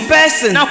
person